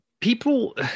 people